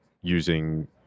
using